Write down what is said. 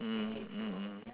mm mm mm